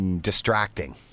distracting